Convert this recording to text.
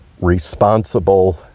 responsible